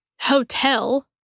hotel